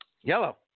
Yellow